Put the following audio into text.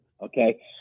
Okay